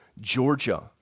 Georgia